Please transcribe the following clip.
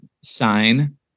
sign